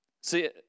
See